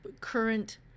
current